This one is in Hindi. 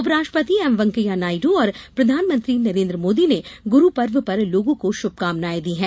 उपराष्ट्रपति एम वेंकैया नायडू और प्रधानमंत्री नरेन्द्र मोदी ने गुरु पर्व पर लोगों को शुभकामनाएं दी हैं